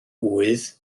ŵydd